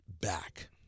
back